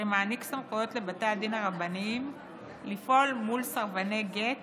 שמעניק סמכויות לבתי הדין הרבניים לפעול מול סרבני גט